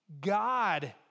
God